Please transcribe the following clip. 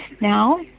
now